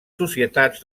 societats